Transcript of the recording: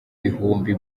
bihumbi